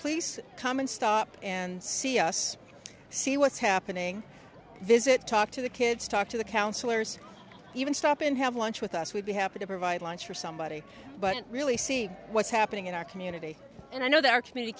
police come in stop and see us see what's happening visit talk to the kids talk to the counselors even stop and have lunch with us we'd be happy to provide lunch for somebody but really see what's happening in our community and i know that our community